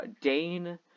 Dane